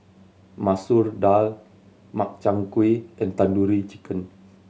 Masoor Dal Makchang Gui and Tandoori Chicken